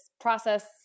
process